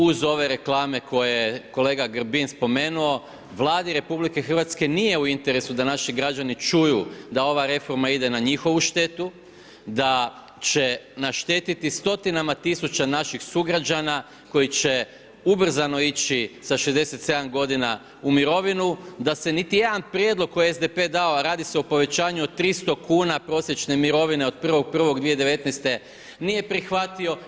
Uz ove reklame koje je kolega Grbin spomenuo, Vladi RH nije u interesu da naši građani čuju da ova reforma ide na njihovu štetu, da će naštetiti stotinama tisuća naših sugrađana koji će ubrzano ići sa 67 g. u mirovinu, da se niti jedan prijedlog koji je SDP dao a radi se o povećanju od 300 kn od prosječne mirovine od 1.1.2019. nije prihvatio.